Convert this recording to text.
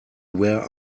wear